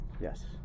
Yes